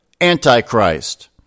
Antichrist